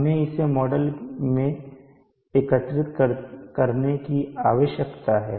हमें इसे मॉडल में एकीकृत करने की आवश्यकता है